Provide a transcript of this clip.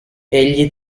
egli